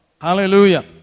hallelujah